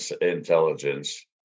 intelligence